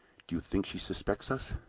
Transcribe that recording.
do you think she suspects us?